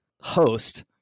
host